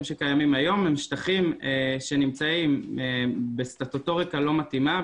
שקיימים היום הם שטחים שנמצאים בסטטוטוריקה לא מתאימה,